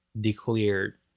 declared